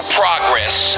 progress